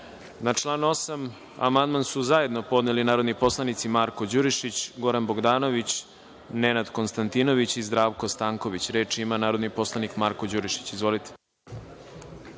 Na član 19. amandman su zajedno podneli narodni poslanici Marko Đurišić, Goran Bogdanović, Nenad Konstatinović i Zdravko Stanković. Reč narodni poslanik Marko Đurišić. Izvolite.